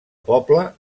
poble